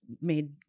made